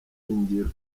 ingiro